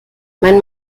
mein